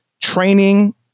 training